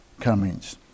comings